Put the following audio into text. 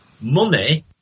money